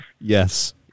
yes